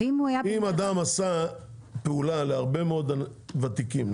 אם אדם עשה פעולה להרבה מאוד ותיקים,